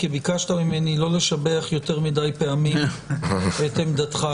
כי ביקשת ממני לא לשבח יותר מדי פעמים את עמדתך,